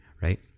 right